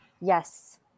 Yes